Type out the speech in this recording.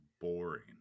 boring